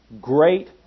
great